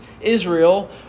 Israel